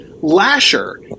Lasher